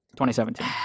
2017